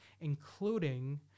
including